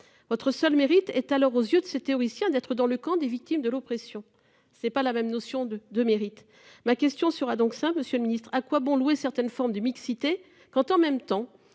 Votre seul mérite est alors aux yeux de ses théoriciens d'être dans le camp des victimes de l'oppression. C'est pas la même notion de de mérite. Ma question sera donc ça monsieur le ministre. À quoi bon louer certaines formes de mixité quand en même temps,